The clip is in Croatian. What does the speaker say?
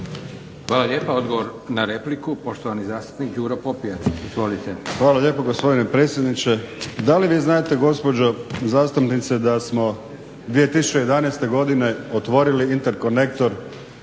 Hvala lijepa. Odgovor na repliku, poštovani zastupnik Đuro Popijač. Izvolite. **Popijač, Đuro (HDZ)** Hvala lijepo gospodine predsjedniče. Da li vi znate gospođo zastupnice da smo 2011. godine otvorili interkonektor,